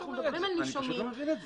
אנחנו מדברים על נישומים בכמויות.